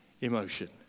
emotion